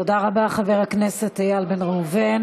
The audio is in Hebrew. תודה רבה, חבר הכנסת איל בן ראובן.